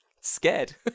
scared